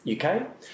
UK